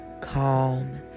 calm